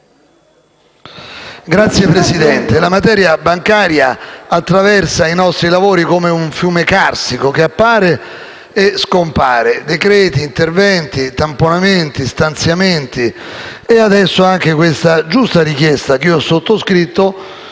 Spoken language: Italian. Signora Presidente, la materia bancaria attraversa i nostri lavori come un fiume carsico, che appare e scompare. Decreti legge, interventi, tamponamenti, stanziamenti e, adesso, anche questa giusta richiesta - che ho sottoscritto,